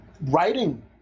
writing